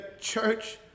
church